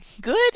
good